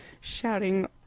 shouting